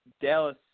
Dallas